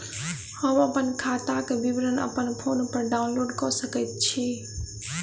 हम अप्पन खाताक विवरण अप्पन फोन पर डाउनलोड कऽ सकैत छी?